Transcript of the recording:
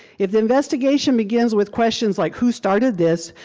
if the investigation begins with questions like who started this,